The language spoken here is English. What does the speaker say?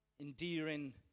endearing